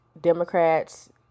Democrats